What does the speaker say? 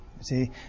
See